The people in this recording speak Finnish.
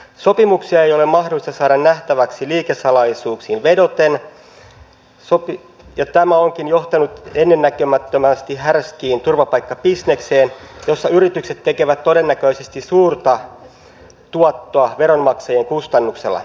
sopimuksia ei ole mahdollista saada nähtäväksi liikesalaisuuksiin vedoten ja tämä onkin johtanut ennennäkemättömästi härskiin turvapaikkabisnekseen jossa yritykset tekevät todennäköisesti suurta tuottoa veronmaksajien kustannuksella